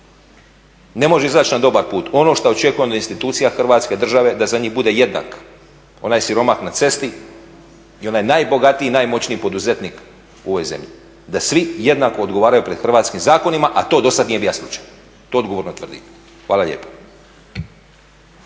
ne može izaći na dobar put, ono što očekujemo da institucija hrvatske države, da za njih bude jednak onaj siromah na cesti i onaj najbogatiji i najmoćniji poduzetnik u ovoj zemlji. Da svi jednako odgovaraju pred hrvatskim zakonima, a to dosad nije bio slučaj, to odgovorno tvrdim. Hvala lijepa.